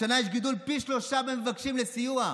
השנה יש גידול של פי שלושה במבקשים סיוע,